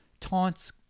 taunts